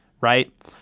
right